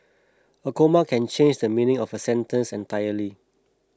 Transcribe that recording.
a comma can change the meaning of a sentence entirely